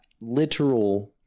literal